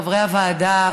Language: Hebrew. חברי הוועדה,